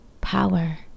power